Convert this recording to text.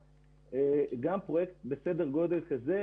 גם פרויקט בסדר גודל כזה,